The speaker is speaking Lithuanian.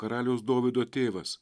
karaliaus dovydo tėvas